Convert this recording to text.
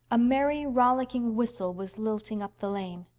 a merry rollicking whistle was lilting up the lane.